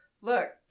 look